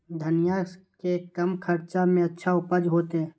धनिया के कम खर्चा में अच्छा उपज होते?